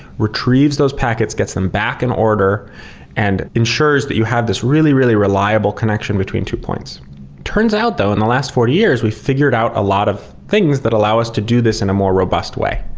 retrieves those packets, gets them back in order and ensures that you have this really, really reliable connection between two points. it turns out though and the last forty years we figured out a lot of things that allow us to do this in a more robust way,